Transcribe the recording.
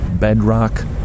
bedrock